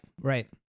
Right